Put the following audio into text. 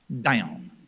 down